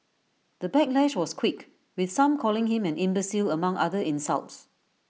the backlash was quick with some calling him an imbecile among other insults